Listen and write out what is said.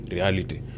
Reality